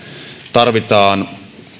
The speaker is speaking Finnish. tarvitaan